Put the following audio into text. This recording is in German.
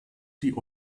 die